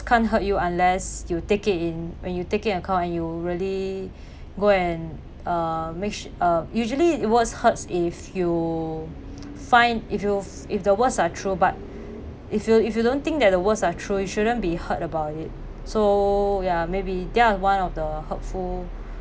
can't hurt you unless you take it in when you take it and count and you really go and uh mix uh usually it words hurts if you find if you if their words are true but if you if you don't think that the words are truly you shouldn't be hurt about it so ya maybe their one of the hurtful